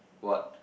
what